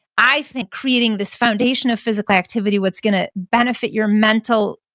i think, creating this foundation of physical activity, what's going to benefit your mental,